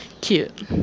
Cute